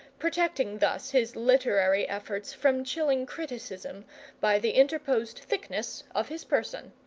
protecting thus his literary efforts from chilling criticism by the interposed thickness of his person.